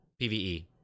PvE